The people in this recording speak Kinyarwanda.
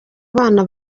abana